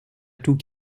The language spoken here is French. tout